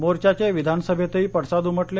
मोर्चाचे विधानसभेतही पडसाद उमटले